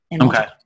Okay